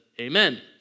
amen